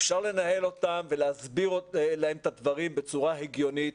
ואפשר לנהל אותם ולהסביר להם את הדברים בצורה הגיונית.